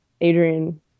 Adrian